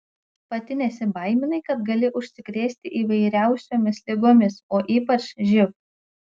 pati nesibaiminai kad gali užsikrėsti įvairiausiomis ligomis o ypač živ